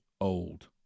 old